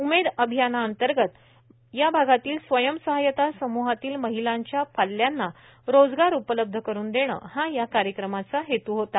उमेद अभियानाअंतर्गत भागातील स्वयं सहायता समूहातील महिलांच्या पाल्यांना रोजगार उपलब्ध करून देणे हा या कार्यक्रमाचा हेत् होता